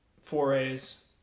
forays